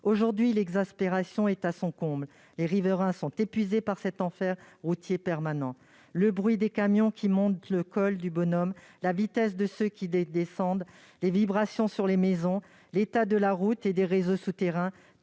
Aujourd'hui, l'exaspération est à son comble. Les riverains sont épuisés par cet enfer routier permanent : le bruit des camions qui montent le col du Bonhomme, la vitesse de ceux qui descendent, les vibrations sur les maisons, l'état de la route et des réseaux souterrains,